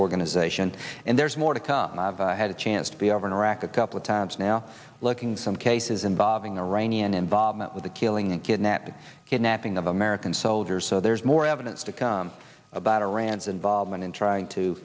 organization and there's more to come and i've had a chance to be over in iraq a couple of times now looking some cases involving iranian involvement with the killing and kidnapping kidnapping of american soldiers so there's more evidence to come about iran's involvement in trying to